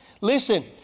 Listen